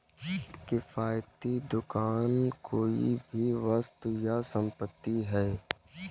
किफ़ायती दुकान कोई भी वस्तु या संपत्ति है